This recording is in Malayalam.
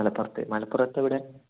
മലപ്പുറത്ത് മലപ്പുറത്ത് എവിടെ